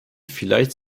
vielleicht